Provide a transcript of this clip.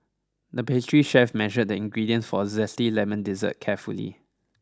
the pastry chef measured the ingredients for a zesty lemon dessert carefully